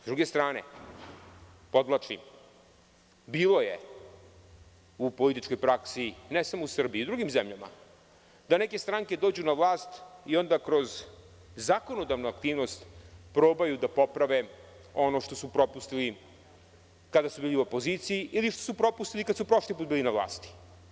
Sa druge strane, podvlačim, bilo je u političkoj praksi, ne samo u Srbiji, nego i u drugim zemljama, da neke stranke dođu na vlast i onda kroz zakonodavnu aktivnost probaju da poprave ono što su propustili kada su bili u opoziciji ili što su propustili kada su prošli put bili na vlasti.